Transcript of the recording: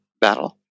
battle